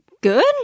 good